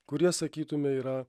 kurie sakytume yra